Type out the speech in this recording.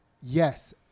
Yes